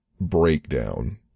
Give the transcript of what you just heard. breakdown